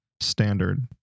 standard